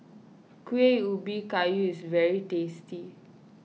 Kueh Ubi Kayu is very tasty